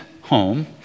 home